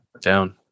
down